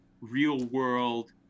real-world